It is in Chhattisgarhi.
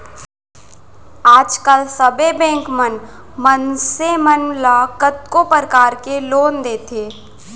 आज काल सबे बेंक मन मनसे मन ल कतको परकार के लोन देथे